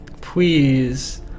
please